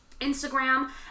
Instagram